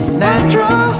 natural